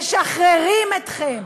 משחררים אתכם.